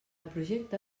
projecte